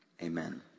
Amen